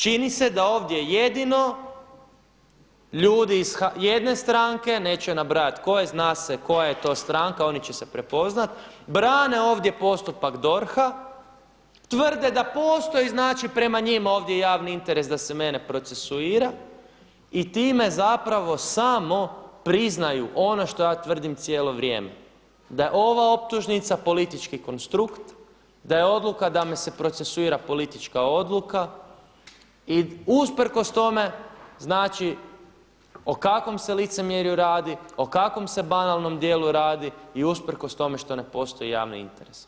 Čini se da ovdje jedino ljudi iz jedne stranke, neću nabrajati koje, zna se koja je to stranka oni će se prepoznati, brane ovdje postupak DORH-a, tvrde da postoje prema njima ovdje javni interes sa se mene procesuira i time samo priznaju ono što ja tvrdim cijelo vrijeme, da je ova optužnica politički konstrukt, da je odluka da me se procesuira politička odluka i usprkos tome o kakvom se licemjerju radi o kakvom se banalnom dijelu radi i usprkos tome što ne postoji javni interes.